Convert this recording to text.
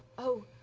oh.